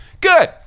Good